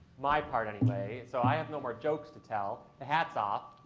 my part anyway. so i have no more jokes to tell. the hat's off.